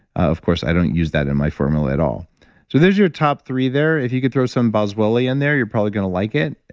of course, i don't use that in my formula at all so there's your top three there. if you could throw some boswellia in there, you're probably going to like it,